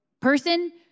person